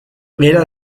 era